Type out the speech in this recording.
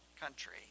country